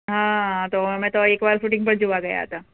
હા તો અમે તો એકવાર શૂટિંગ પણ જોવા ગયા હતા